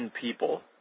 people